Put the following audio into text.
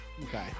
Okay